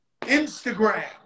Instagram